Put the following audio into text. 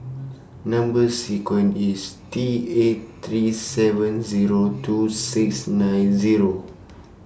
Number sequence IS T eight three seven Zero two six nine Zero